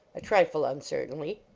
a trifle uncer tainly.